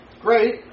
Great